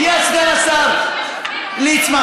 הגיע סגן השר ליצמן,